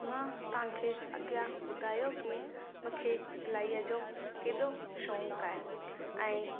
मां तव्हांखे अॻियां ॿुधायो की मूंखे सिलाईअ जो केॾो शौक़ु आहे ऐं